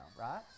right